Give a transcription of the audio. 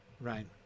right